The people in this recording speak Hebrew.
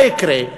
מה יקרה?